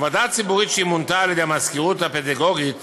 ועדה ציבורית שמונתה על-ידי המזכירות הפדגוגית